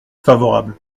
favorable